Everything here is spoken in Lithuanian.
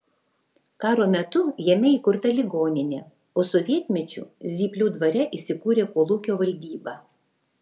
karo metu jame įkurta ligoninė o sovietmečiu zyplių dvare įsikūrė kolūkio valdyba